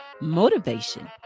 motivation